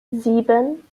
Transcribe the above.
sieben